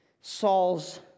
Saul's